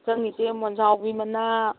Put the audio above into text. ꯆꯪꯉꯤꯁꯦ ꯃꯣꯟꯖꯥꯎꯕꯤ ꯃꯅꯥ